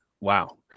wow